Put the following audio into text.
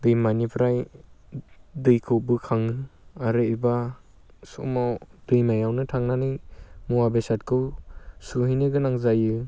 दैमानिफ्राय दैखौ बोखाङो आरो एबा समाव दैमायावनो थांनानै मुवा बेसादखौ सुहैनो गोनां जायो